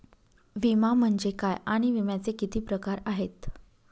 विमा म्हणजे काय आणि विम्याचे किती प्रकार आहेत?